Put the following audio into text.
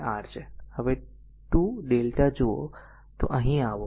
હવે જો 2 lrmΔ જુઓ તો ફરી અહીં આવો